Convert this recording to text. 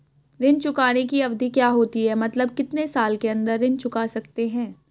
ऋण चुकाने की अवधि क्या होती है मतलब कितने साल के अंदर ऋण चुका सकते हैं?